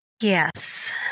Yes